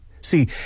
see